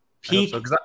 Peak